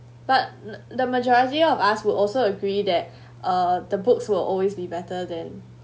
but the majority of us will also agree that uh the books will always be better than